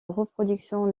reproduction